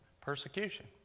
Persecution